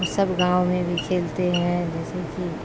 سب گاؤں میں بھی کھیلتے ہیں جیسے کہ